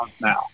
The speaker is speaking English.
now